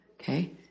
Okay